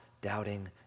doubting